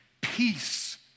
peace